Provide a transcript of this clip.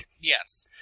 Yes